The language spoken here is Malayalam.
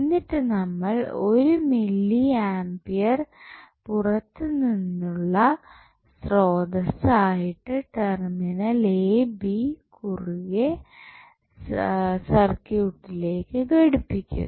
എന്നിട്ട് നമ്മൾ ഒരു മില്ലി ആമ്പിയർ പുറത്തുനിന്നുള്ള സ്രോതസ്സ് ആയിട്ട് ടെർമിനൽ എബി കുറുകെ സർക്യൂട്ടിലേക്ക് ഘടിപ്പിക്കുന്നു